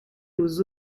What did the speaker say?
aux